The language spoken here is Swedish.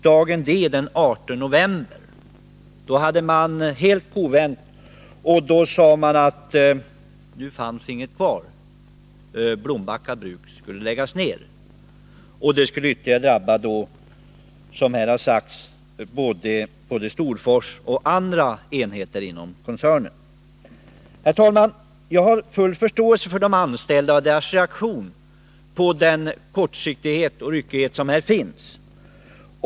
Dagen D, den 18 november, hade man helt kovänt och sade att nu fanns det inget val, Blombacka bruk skulle läggas ned. Detta drabbar, som här har framhållits, både Storfors och andra enheter inom koncernen. Jag har full förståelse för de anställdas reaktion på den kortsiktighet och ryckighet som visas.